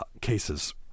cases